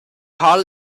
karl